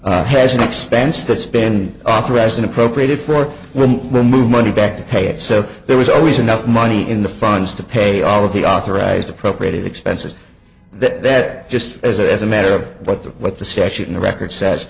has an expense that's been authorizing appropriated for women to move money back to pay it so there was always enough money in the funds to pay all of the authorized appropriated expenses that that just as a matter of what the what the statute in the record says